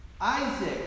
Isaac